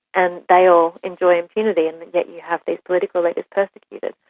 and they all enjoy impunity and yet you have these political leaders persecuted.